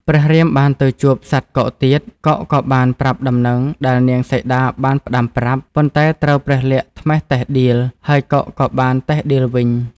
ព្រះរាមបានទៅជួបសត្វកុកទៀត កុកក៏បានប្រាប់ដំណឹងដែលនាងសីតាបានផ្ដាំប្រាប់ ប៉ុន្តែត្រូវព្រះលក្សណ៍ត្មះតិះដៀល ហើយកុកក៏បានតិះដៀលវិញ។